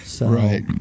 Right